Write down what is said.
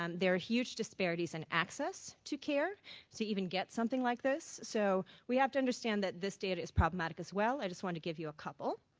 um there are huge disparities in access to care, so even get something like this, so we have to understand that this data is problematic as well. i just wanted to give you a couple.